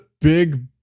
big